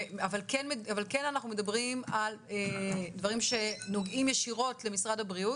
אבל כן אנחנו מדברים על דברים שנוגעים ישירות למשרד הבריאות,